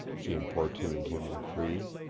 she importuned him in cree.